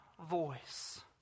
voice